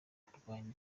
kurwanya